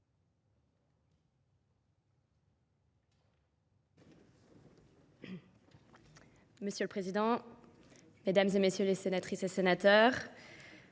Monsieur le Président, Mesdames et Messieurs les Sénatrices et Sénateurs,